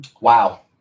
Wow